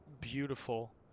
beautiful